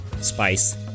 spice